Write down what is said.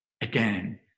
again